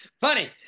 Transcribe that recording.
funny